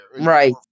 Right